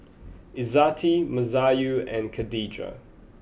Izzati Masayu and Khadija